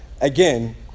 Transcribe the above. Again